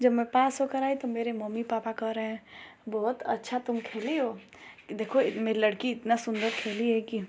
जब मैं पास होकर आई तो मेरे मम्मी पापा कह रहे हैं बहुत अच्छा तुम खेली हो देखो मेरी लड़की इतना सुंदर खेली है कि